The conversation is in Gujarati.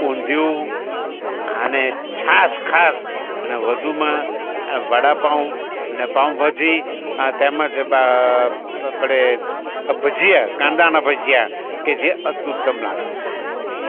ઊંધીયું આને છાસ ખાસ અને વધુમાં વડાપાઉં ને પાઉંભાજી તેમજ આપણે ભજીયા કાંદાના ભજીયા કે જે અતિઉત્તમ લાગે છે